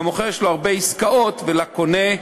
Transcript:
למוכר יש הרבה עסקאות, ולקונה,